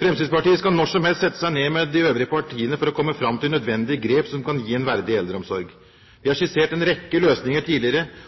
Fremskrittspartiet skal når som helst sette seg ned med de øvrige partiene for å komme fram til nødvendige grep som kan gi en verdig eldreomsorg. Vi har skissert en rekke løsninger tidligere,